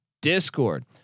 discord